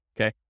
okay